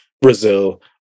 brazil